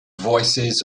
voices